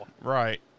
Right